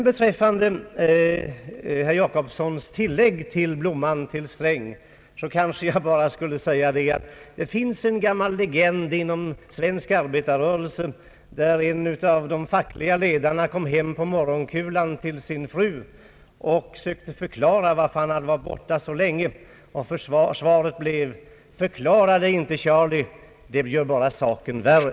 Beträffande herr Jacobssons förklaring till blomman till statsrådet Sträng kanske jag bara får erinra om en gammal legend inom svensk fackföreningsrörelse. En av de fackliga ledarna kom hem på morgonkulan och sökte förkla ra för sin fru varför han varit borta så länge. Hennes svar blev: Förklara dig inte Charlie, det gör bara saken värre!